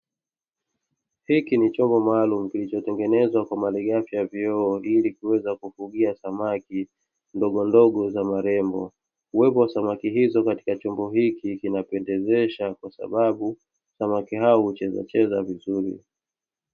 Hiki ni chombo maalumu kilichotengenezwa kwa malighafi ya vioo, ili kuweza kufugia samaki ndogondogo za marembo, uwepo wa samaki hizo katika chombo hiki kinapendezesha, kwa sababu samaki hao huchezacheza vizuri.